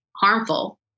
harmful